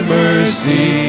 mercy